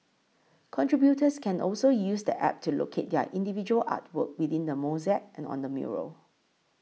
contributors can also use the App to locate their individual artwork within the mosaic and on the mural